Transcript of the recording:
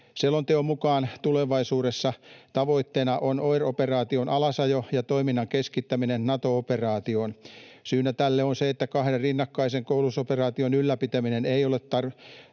Selonteon mukaan tulevaisuudessa tavoitteena on OIR-operaation alasajo ja toiminnan keskittäminen Nato-operaatioon. Syynä tälle on se, että kahden rinnakkaisen koulutusoperaation ylläpitäminen ei ole tarpeellista.